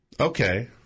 Okay